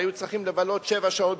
שהיו צריכים לבלות במטוס שבע שעות,